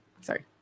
sorry